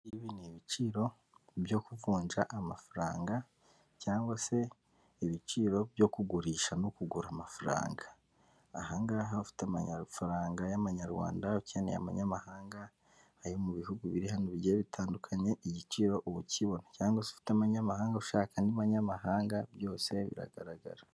Ibi ni ibiciro byo kuvunja amafaranga cyangwa se ibiciro byo kugurisha no kugura amafaranga, aha ngaha ufite afaranga y'amanyarwanda ukeneye amanyamahanga, ayo mu bihugu biri hano bigiye bitandukanye igiciro uba ukibona cyangwa se ufite amanyamahanga ushaka andi manyamahanga byose biragaragara.